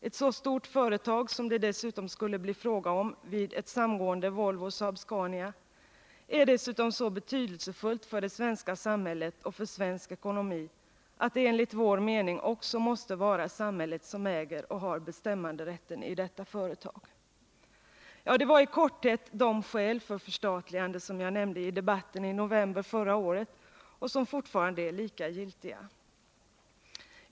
Ett så stort företag som det dessutom skulle bli fråga om vid ett samgående mellan Volvo och Saab-Scania är så betydelsefullt för det svenska samhället och för svensk ekonomi att det enligt vår mening också måste vara samhället som äger och har bestämmanderätten i detta företag. Det var i korthet de skäl för förstatligande som jag nämnde i debatten i november förra året och som fortfarande är lika giltiga.